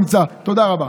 תודה רבה.